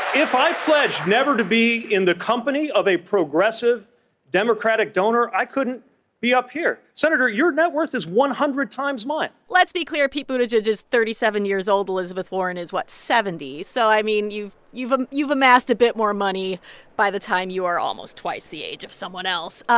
if i pledge never to be in the company of a progressive democratic donor, i couldn't be up here. senator, your net worth is one hundred times mine let's be clear. pete buttigieg is thirty seven years old. elizabeth warren is what? seventy. so, i mean, you've you've ah amassed a bit more money by the time you are almost twice the age of someone else.